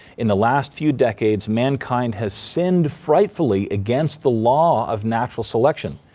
in the last few decades mankind has sinned frightfully against the law of natural selection.